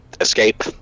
escape